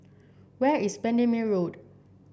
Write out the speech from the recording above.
where is Bendemeer Road